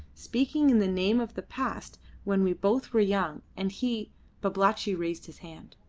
speaking in the name of the past when we both were young, and he babalatchi raised his hand.